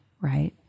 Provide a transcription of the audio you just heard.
right